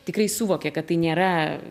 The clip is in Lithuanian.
tikrai suvokė kad tai nėra